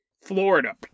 Florida